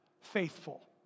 faithful